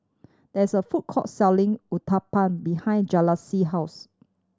there is a food court selling Uthapam behind Julisa's house